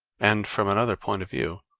and, from another point of view,